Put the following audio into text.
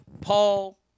Paul